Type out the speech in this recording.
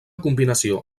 combinació